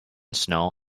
snow